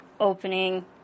opening